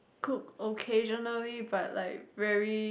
cook occasionally but like very